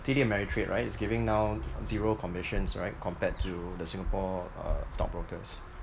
T_D Ameritrade right is giving now zero commissions right compared to the Singapore uh stockbrokers